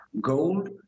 gold